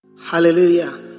Hallelujah